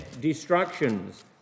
destructions